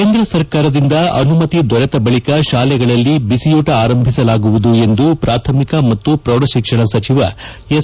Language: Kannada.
ಕೇಂದ್ರ ಸರ್ಕಾರದಿಂದ ಅನುಮತಿ ದೊರೆತ ಬಳಿಕ ಶಾಲೆಗಳಲ್ಲಿ ಬಿಸಿಯೂಟ ಆರಂಭಿಸಲಾಗುವುದು ಎಂದು ಪ್ರಾಥಮಿಕ ಮತ್ತು ಪ್ರೌಢಶಿಕ್ಷಣ ಸಚಿವ ಎಸ್